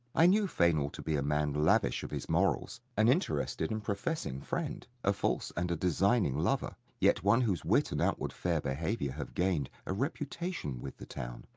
i knew fainall to be a man lavish of his morals, an interested and professing friend, a false and a designing lover, yet one whose wit and outward fair behaviour have gained a reputation with the town,